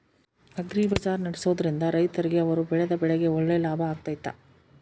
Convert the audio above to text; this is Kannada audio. ಅಗ್ರಿ ಬಜಾರ್ ನಡೆಸ್ದೊರಿಂದ ರೈತರಿಗೆ ಅವರು ಬೆಳೆದ ಬೆಳೆಗೆ ಒಳ್ಳೆ ಲಾಭ ಆಗ್ತೈತಾ?